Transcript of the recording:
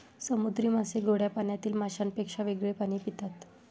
समुद्री मासे गोड्या पाण्यातील माशांपेक्षा वेगळे पाणी पितात